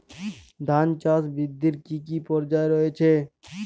ধান চাষ বৃদ্ধির কী কী পর্যায় রয়েছে?